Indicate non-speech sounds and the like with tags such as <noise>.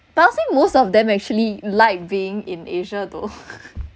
but I see most of them actually like being in asia though <laughs>